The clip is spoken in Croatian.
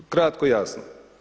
Kratko i jasno.